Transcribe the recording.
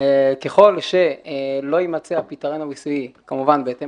אמרת שככל שלא יימצא הפתרון המיסויי כמובן בהתאם